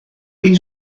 est